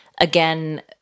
again